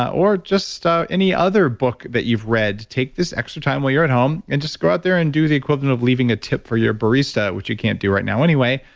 or just any other book that you've read. take this extra time while you're at home and just go out there and do the equivalent of leaving a tip for your barista, which you can't do right now anyway.